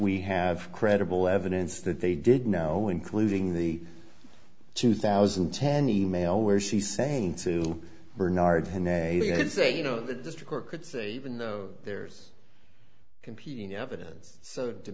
we have credible evidence that they did know including the two thousand and ten e mail where she's saying to bernard had a good say you know the district could say even though there's competing evidence so